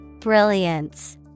Brilliance